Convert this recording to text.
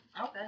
Okay